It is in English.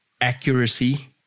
accuracy